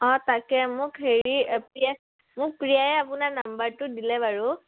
অঁ তাকে মোক হেৰি মোক প্ৰীয়াই আপোনাৰ নাম্বাৰটো দিলে বাৰু